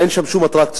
אין שם שום אטרקציות.